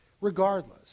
regardless